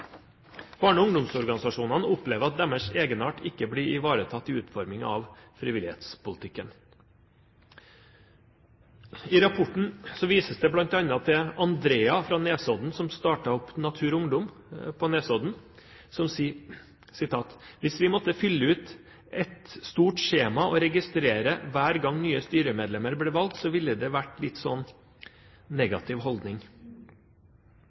Barne- og ungdomsorganisasjonene opplever at deres egenart ikke blir ivaretatt i utformingen av frivillighetspolitikken. I rapporten vises det bl.a. til Andrea fra Nesodden, som startet opp Natur og Ungdom på Nesodden, som sier: «Hvis vi måtte fylle ut et stort skjema og registrere hver gang nye styremedlemmer ble valgt så ville det vært litt sånn … negativ holdning.»